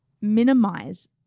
minimize